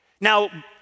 Now